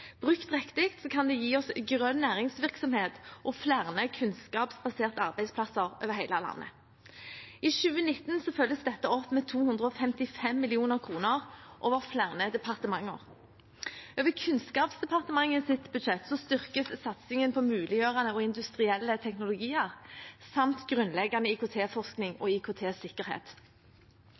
Brukt riktig kan det gi oss grønn næringsvirksomhet og flere kunnskapsbaserte arbeidsplasser over hele landet. I 2019 følges dette opp med 255 mill. kr over flere departementer. Over Kunnskapsdepartementets budsjett styrkes satsingen på muliggjørende og industrielle teknologier samt grunnleggende IKT-forskning og